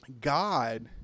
God